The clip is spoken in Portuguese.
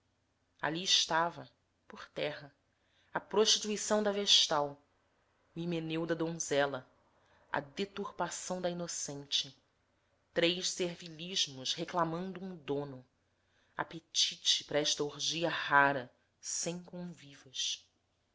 ali estava por terra a prostituição da vestal o himeneu da donzela a deturpação da inocente três servilismos reclamando um dono apetite apetite para esta orgia rara sem convivas